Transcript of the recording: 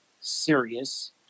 serious